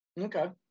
Okay